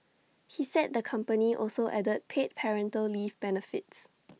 he said the company also added paid parental leave benefits